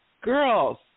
girls